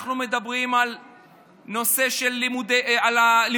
כשאנחנו מדברים על נושא על הלימודים,